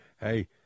hey